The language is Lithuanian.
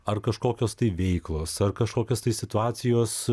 ar kažkokios tai veiklos ar kažkokios tai situacijos